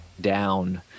down